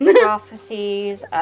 Prophecies